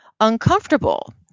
uncomfortable